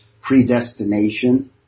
predestination